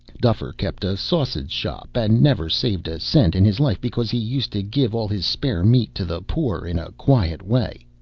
duffer kept a sausage-shop and never saved a cent in his life because he used to give all his spare meat to the poor, in a quiet way.